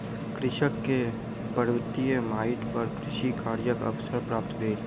कृषक के पर्वतीय माइट पर कृषि कार्यक अवसर प्राप्त भेल